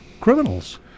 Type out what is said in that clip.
criminals